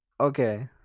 Okay